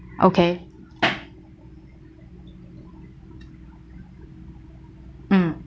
okay um